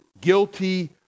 guilty